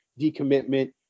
decommitment